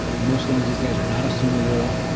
most loans these days are not assumable,